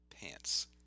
Pants